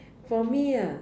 for me ah